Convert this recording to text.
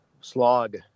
slog